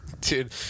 Dude